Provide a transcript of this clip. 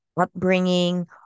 upbringing